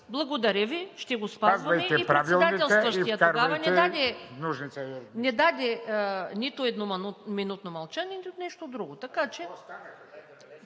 Благодаря Ви. Ще го спазваме и председателстващият тогава не даде нито едноминутно мълчание, нито нещо друго.